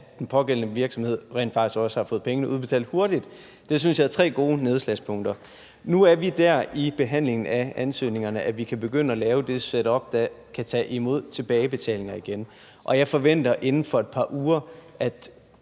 at den pågældende virksomhed rent faktisk også har fået pengene udbetalt hurtigt. Det synes jeg er tre gode nedslagspunkter. Nu er vi der i behandlingen af ansøgningerne, at vi kan begynde at lave det setup, der kan tage imod tilbagebetalinger igen, og jeg forventer, at muligheden for, at